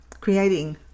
creating